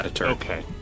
Okay